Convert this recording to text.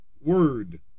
word